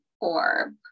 orb